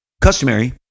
customary